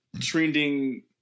trending